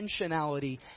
intentionality